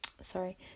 Sorry